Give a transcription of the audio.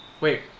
Wait